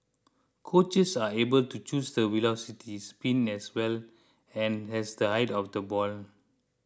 coaches are able to choose the velocity spin as well an as the height of the ball